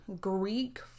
Greek